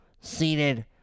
seated